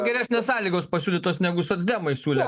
geresnės sąlygos pasiūlytos negu socdemai siūlė